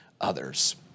others